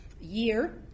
year